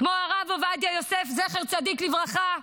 כמו הרב עובדיה יוסף, זכר צדיק לברכה,